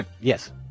yes